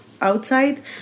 outside